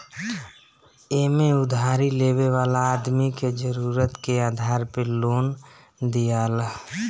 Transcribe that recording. एमे उधारी लेवे वाला आदमी के जरुरत के आधार पे लोन दियाला